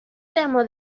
tramo